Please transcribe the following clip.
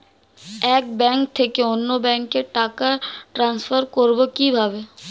এক ব্যাংক থেকে অন্য ব্যাংকে টাকা ট্রান্সফার করবো কিভাবে?